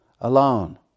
alone